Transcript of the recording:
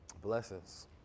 Blessings